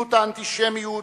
בגנות האנטישמיות,